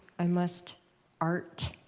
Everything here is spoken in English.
i must art.